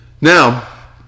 Now